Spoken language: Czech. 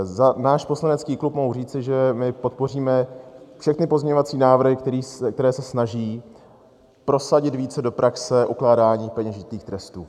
Za náš poslanecký klub mohu říci, že my podpoříme všechny pozměňovací návrhy, které se snaží prosadit více do praxe ukládání peněžitých trestů.